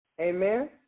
Amen